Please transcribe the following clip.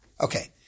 Okay